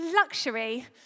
luxury